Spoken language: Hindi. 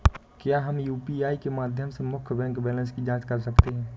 क्या हम यू.पी.आई के माध्यम से मुख्य बैंक बैलेंस की जाँच कर सकते हैं?